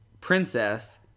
Princess